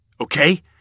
okay